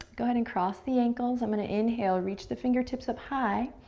go ahead and cross the ankles. i'm gonna inhale, reach the fingertips up high,